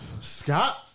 Scott